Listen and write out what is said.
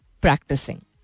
practicing